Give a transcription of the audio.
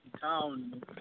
town